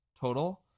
total